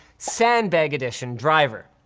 sandbag edition driver.